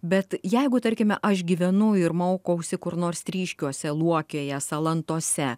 bet jeigu tarkime aš gyvenau ir mokausi kur nors tryškiuose luokėje salantuose